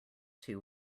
two